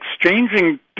exchanging